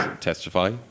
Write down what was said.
Testify